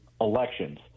elections